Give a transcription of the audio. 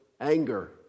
anger